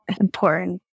important